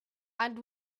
and